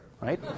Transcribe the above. right